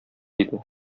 иде